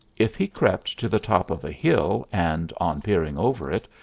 if he crept to the top of a hill and, on peering over it,